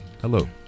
Hello